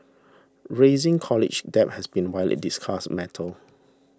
raising college debt has been widely discussed metal